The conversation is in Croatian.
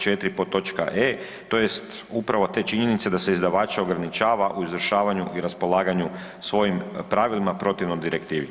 4. podtoč. e. tj. upravo te činjenice da se izdavače ograničava u izvršavanju i raspolaganju svojim pravilima protivno direktivi?